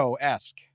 esque